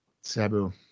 Sabu